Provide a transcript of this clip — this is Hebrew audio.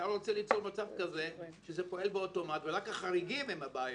אתה רוצה ליצור מצב כזה שזה פועל באוטומט ורק החריגים הם הבעייתיים,